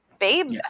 Babe